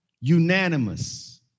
unanimous